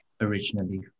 originally